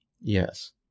Yes